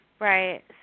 Right